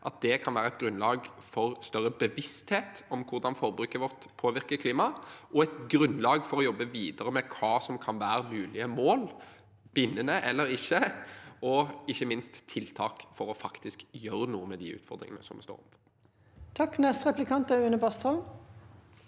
at det kan være et grunnlag for en større bevissthet rundt hvordan forbruket vårt påvirker klimaet, og et grunnlag for å jobbe videre med hva som kan være mulige mål – bindende eller ikke – og ikke minst tiltak for faktisk å gjøre noe med de utfordringene vi står overfor. Une Bastholm